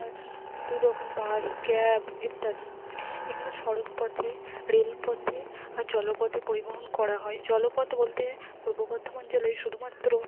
আর দুরকম bus cab ইত্যাদি এখানে সড়কপথে রেলপথে আর জলপথে পরিবহন করা হয় জলপথ বলতে পূর্ব বর্ধমান জেলায় শুধুমাত্র